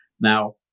now